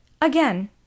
Again